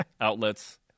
outlets